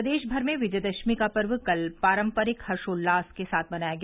प्रदेशभर में विजयादशमी का पर्व कल पारंपरिक हर्षोल्लास से मनाया गया